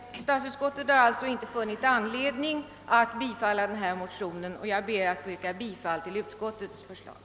Statsutskottet har alltså inte funnit anledning biträda motionen, och jag ber att få yrka bifall till utskottets förslag.